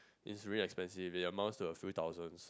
is really expensive it amounts to a few thousands